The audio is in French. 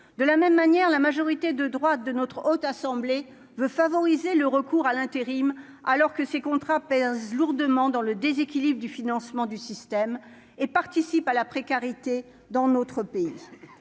de la même manière, la majorité de droite de notre haute assemblée veut favoriser le recours à l'intérim, alors que ces contrats pèse lourdement dans le déséquilibre du financement du système et participe à la précarité dans notre pays,